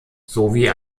sowie